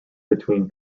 between